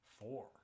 four